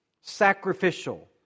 sacrificial